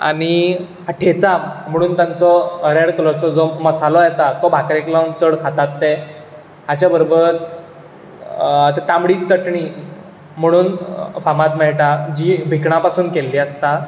आनी ठेचा म्हणून तेंचो रेड कलरचो जो मसालो येता तो भाकरेक लावन चड खातात ते हाच्या बरोबर ती तांबडीच चटणी म्हणून फामाद मेळटा जी भिकणां पसून केल्ली आसता